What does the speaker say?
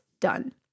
done